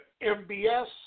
MBS